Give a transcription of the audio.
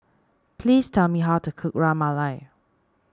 please tell me how to cook Ras Malai